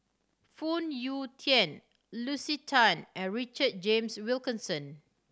Phoon Yew Tien Lucy Tan and Richard James Wilkinson